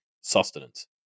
sustenance